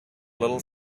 little